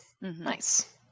Nice